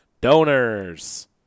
donors